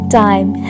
time